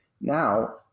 Now